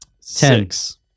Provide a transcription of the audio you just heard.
six